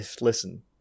listen